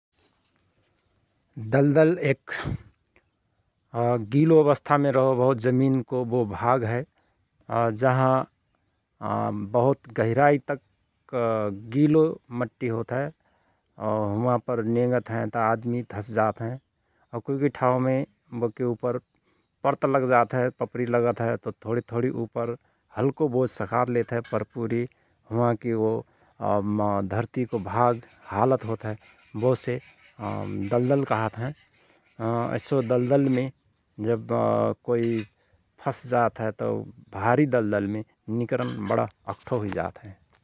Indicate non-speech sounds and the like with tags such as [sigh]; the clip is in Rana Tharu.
दल दल एक [hesitation] गिलो अवस्थामे रहोभओ जमिनको वो भाग हय [hesitation] जहाँ [hesitation] बहुत गहिराई तक [hesitation] गिलो मट्टि होत हय । औ हुआंपर नेगतहयंत आदमि धसजात हयं औ कुई कुई ठाउँमे बो के उपर पर्त लगजात हय पपरि लगत हयत थोणि थोणि उपर हल्को बोझ सखार लेत हय । पर पुरी वो हुआं कि बो धर्ती को भाग हालत होत हय बो से दल दल कहत हयं । [hesitation] ऐसो दल दलमे जव [hesitation] कोइ फस जात हयं तओ भारी दल दलमे निकरन बण अकठो हुइजात हय ।